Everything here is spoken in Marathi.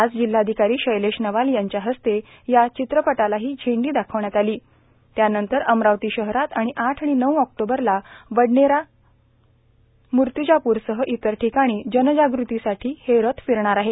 आज जिल्हाधिकारी शैलेश नवाल यांच्या हस्ते या चित्रपटालाही झेंडी दाखवण्यात आली त्यानंतर अमरावती शहरात आणि आठ आणि नऊ ऑक्टोबरला बडनेरा मूर्तीजापूर सह ठिकाणी जनजागृतीसाठी फिरणार आहे